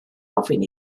ofyn